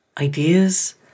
ideas